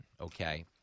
Okay